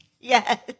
Yes